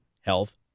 health